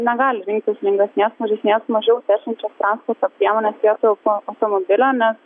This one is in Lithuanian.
negali rinktis lengvesnės mažesnės mažiau teršiančios transporto priemonės viendėl to automobilio nes